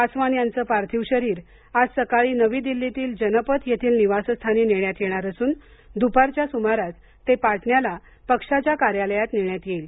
पासवान यांचं पार्थिव शरीर आज सकाळी नवी दिल्लीतील जनपथ येथील निवासस्थानी नेण्यात येणार असून द्पारच्या सुमारास ते पाटण्याला पक्षाच्या कार्यालयात नेण्यात येईल